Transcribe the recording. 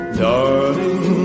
darling